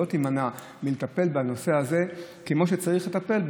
לא תימנע מלטפל בנושא הזה כמו שצריך לטפל,